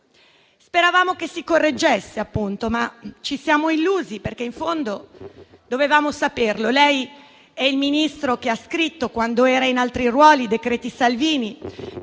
Speravamo che si correggesse, appunto, ma ci siamo illusi, perché in fondo dovevamo saperlo: lei è il Ministro che ha scritto, quando era in altri ruoli, i decreti Salvini,